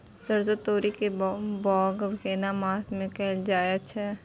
सरसो, तोरी के बौग केना मास में कैल जायत छै?